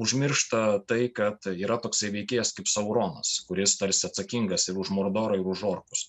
užmiršta tai kad yra toksai veikėjas kaip sauronas kuris tarsi atsakingas ir už mordorą ir už orkus